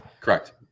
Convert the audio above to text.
Correct